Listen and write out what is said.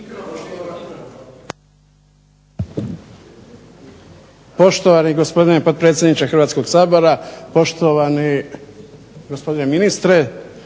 Poštovani gospodine potpredsjedniče Hrvatskog sabora, poštovani gospodine ministre,